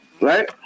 right